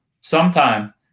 sometime